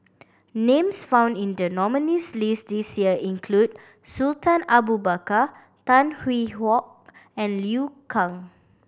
names found in the nominees' list this year include Sultan Abu Bakar Tan Hwee Hock and Liu Kang